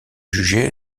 jugé